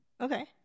Okay